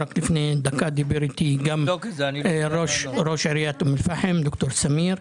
רק לפני דקה דיבר איתי ראש עיריית אום אל פאחם ד"ר סמיר,